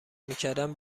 میکردم